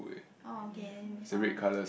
oh okay then we found